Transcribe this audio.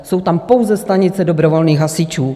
Jsou tam pouze stanice dobrovolných hasičů.